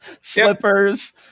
slippers